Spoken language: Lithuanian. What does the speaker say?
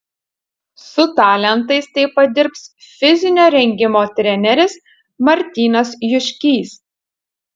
su talentais taip pat dirbs fizinio rengimo treneris martynas juškys